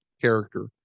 character